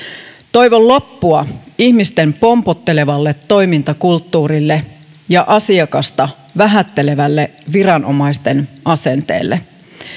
toivon loppua ihmisiä pompottelevalle toimintakulttuurille ja asiakasta vähättelevälle viranomaisten asenteelle